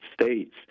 States